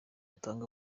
atanga